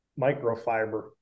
microfiber